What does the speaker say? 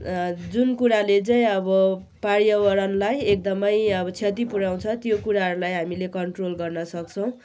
जुन कुराले चाहिँ अबो पर्यावरणलाई एकदमै अबो क्ष्यति पुऱ्याउँछ त्यो कुराहरूलाई हामीले कन्ट्रोल गर्नसक्छौँ